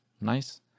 nice